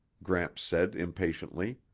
gramps said impatiently.